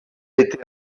les